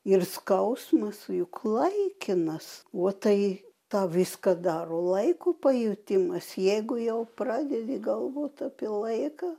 ir skausmas juk laikinas o tai tą viską daro laiko pajutimas jeigu jau pradedi galvot apie laiką